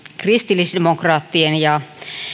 kristillisdemokraattien ja